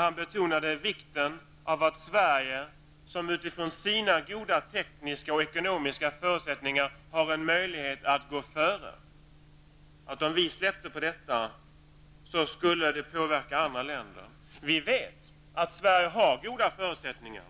Han betonade vikten av att Sverige, som har goda tekniska och ekonomiska förutsättningar för det, har en möjlighet att gå före. Om vi släppte på detta skulle det påverka andra länder. Vi vet att Sverige har goda förutsättningar